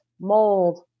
mold